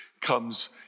comes